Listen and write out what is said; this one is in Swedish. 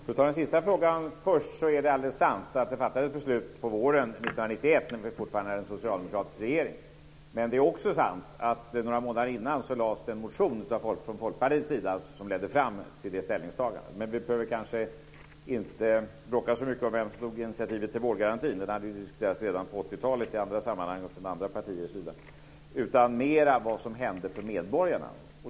Fru talman! För att ta den sista frågan först är det alldeles sant att det fattades ett beslut på våren 1991, när vi fortfarande hade en socialdemokratiska regering. Men det är också sant att några månader innan lades det fram en motion från Folkpartiets sida som ledde fram till det ställningstagandet. Men vi behöver kanske inte bråka så mycket om vem som tog initiativet till vårdgarantin. Den hade diskuterats redan på 80-talet i andra sammanhang och från andra partiers sida. Det här gällde mer vad som hände för medborgarna.